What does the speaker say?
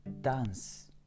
dance